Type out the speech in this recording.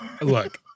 look